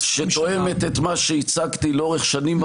-- שתואמת את מה שהצגתי לאורך שנים ארוכות.